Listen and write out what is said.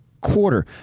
quarter